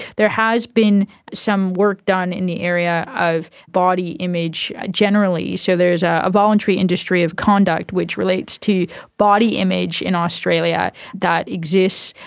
there has been some work done in the area of body image generally, so there's ah a voluntary industry of conduct which relates to body image in australia that exists,